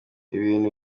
ibintu